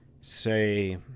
say